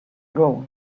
grow